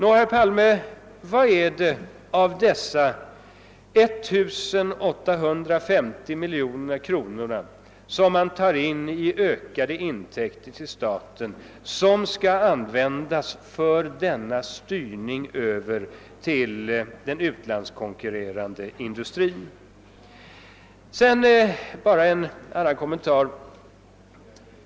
Vad är det då, herr Palme, av dessa 1 850 miljoner kronor som tas in i ökade intäkter till staten som skall användas för denna styrning över till den utlandskonkurrerande industrin? Efter detta vill jag också göra en annan kommentar.